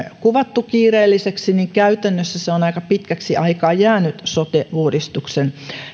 kuvattu kiireelliseksi niin käytännössä se on aika pitkäksi aikaa jäänyt sote uudistuksen